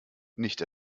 nicht